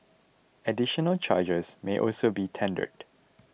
additional charges may also be tendered